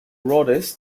rhodes